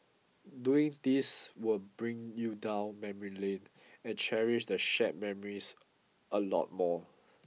doing this will bring you down memory lane and cherish the shared memories a lot more